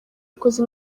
yakoze